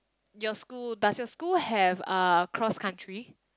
your school does your school have uh cross country